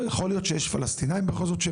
יכול להיות שבכל זאת יש פלסטינים שמגיעים,